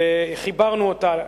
חיברנו אותה,